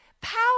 power